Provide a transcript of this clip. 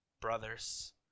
brothers